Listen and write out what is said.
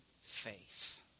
faith